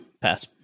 Pass